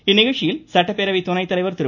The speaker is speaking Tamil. இந்நிகழ்ச்சியில் சட்டப்பேரவை துணைத்தலைவர் திரு